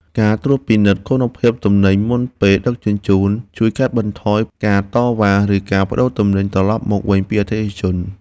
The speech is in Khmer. ការត្រួតពិនិត្យគុណភាពទំនិញមុនពេលដឹកជញ្ជូនជួយកាត់បន្ថយការតវ៉ា ឬការប្តូរទំនិញត្រឡប់មកវិញពីអតិថិជន។